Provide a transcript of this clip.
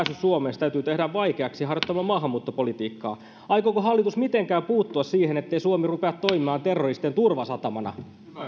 suomeen täytyy tehdä vaikeaksi harjoittamalla maahanmuuttopolitiikkaa aikooko hallitus mitenkään puuttua siihen niin ettei suomi rupea toimimaan terroristien turvasatamana